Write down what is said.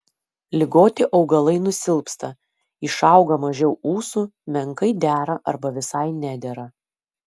ligoti augalai nusilpsta išauga mažiau ūsų menkai dera arba visai nedera